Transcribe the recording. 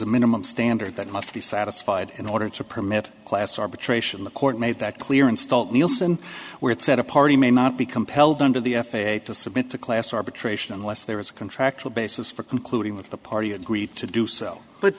a minimum standard that must be satisfied in order to permit class arbitration the court made that clear installed nielson where it said a party may not be compelled under the f a a to submit to class arbitration unless there is a contractual basis for concluding that the party agreed to do so but